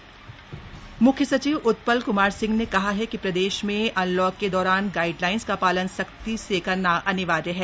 मुख्य सचिव म्ख्य सचिव उत्पल क्मार सिंह ने कहा है कि प्रदेश में अनलॉक के दौरान गाइडलाइंस का पालन सख्ती करना अनिवार्य है